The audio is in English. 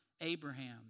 Abraham